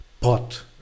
pot